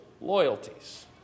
loyalties